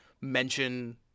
mention